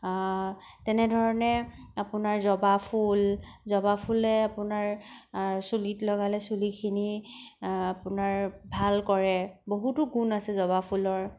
তেনেধৰণে আপোনাৰ জবা ফুল জবা ফুলে আপোনাৰ চুলিত লগালে চুলিখিনি আপোনাৰ ভাল কৰে বহুতো গুণ আছে জবা ফুলৰ